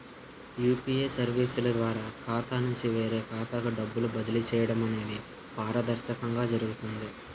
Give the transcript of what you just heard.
UPA సర్వీసుల ద్వారా ఖాతా నుంచి వేరే ఖాతాకు డబ్బులు బదిలీ చేయడం అనేది పారదర్శకంగా జరుగుతుంది